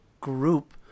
group